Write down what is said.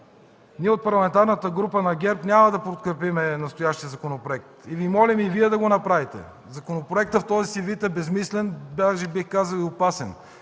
ние от Парламентарната група на ГЕРБ няма да подкрепим настоящия законопроект и Ви молим и Вие да го направите. В този си вид той е безсмислен, даже бих казал – и опасен.